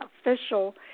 official